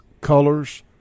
Colors